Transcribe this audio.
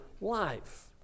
life